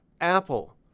Apple